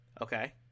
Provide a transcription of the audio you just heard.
okay